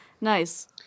Nice